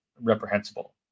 reprehensible